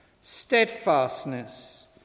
steadfastness